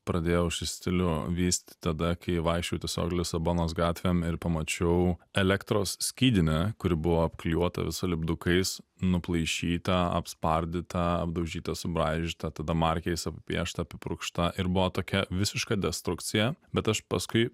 pradėjau šį stilių vystyt tada kai vaikščiojau tiesiog lisabonos gatvėm ir pamačiau elektros skydinę kuri buvo apklijuota visa lipdukais nuplaišytą apspardytą apdaužytą subraižytą tada markeriais apipieštą apipurkštą ir buvo tokia visiška destrukcija bet aš paskui